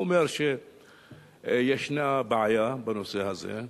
הוא אומר שישנה בעיה בנושא הזה.